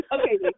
Okay